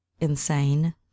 insane